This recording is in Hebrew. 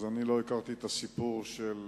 אני לא הכרתי את הסיפור של